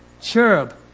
cherub